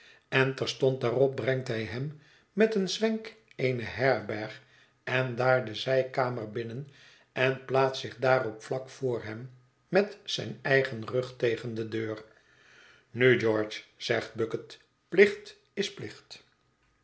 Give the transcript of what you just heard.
en terstond daarop brengt hij hem met een zwenk eene herberg en daar de zijkamer binnen en plaatst zich daarop vlak voor hem met zijn eigen rug tegen de deur nu george zegt bucket plicht is plicht